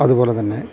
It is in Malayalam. അതുപോലെ തന്നെ